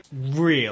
real